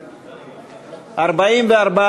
להביע אי-אמון בממשלה לא נתקבלה.